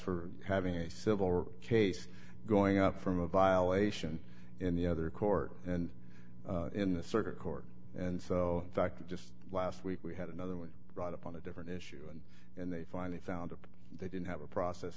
for having a civil war case going up from a violation in the other court and in the circuit court and so fact just last week we had another one brought up on a different issue and when they finally found out they didn't have a process